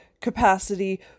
capacity